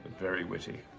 very witty.